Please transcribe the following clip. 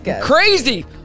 crazy